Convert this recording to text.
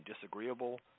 disagreeable